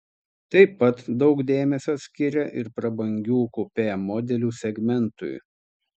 taip pat daug dėmesio skiria ir prabangių kupė modelių segmentui